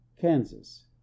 Kansas